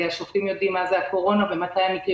השופטים יודעים מה זה הקורונה ומתי המקרים